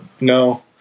No